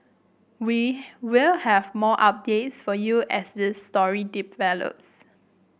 we will have more updates for you as this story develops